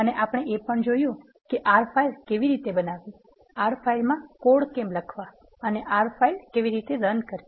અને આપણે એ પણ જોયું કે R ફાઇલ કેવી રીતે બનાવવી R ફાઇલમાં કોડ કેમ લખવા અને R ફાઇલ કેવી રીતે રન કરવી